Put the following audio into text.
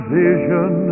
vision